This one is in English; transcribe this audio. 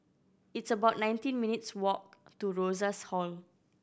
it's about nineteen minutes' walk to Rosas Hall